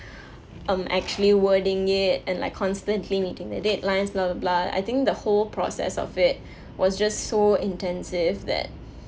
um actually wording it and like constantly meeting the deadlines blah blah blah I think the whole process of it was just so intensive that